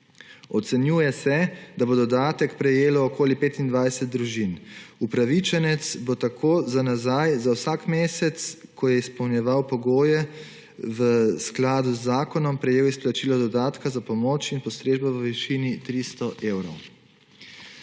Ocenjuje se, da bo dodatek prejelo okoli 25 družin. Upravičenec bo tako za nazaj za vsak mesec, ko je izpolnjeval pogoje v skladu z zakonom, prejel izplačilo dodatka za pomoč in postrežbo v višini 300 evrov.